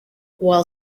while